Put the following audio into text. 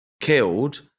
killed